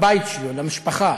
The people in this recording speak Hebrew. לבית שלו, למשפחה.